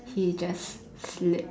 he just slipped